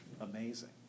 amazing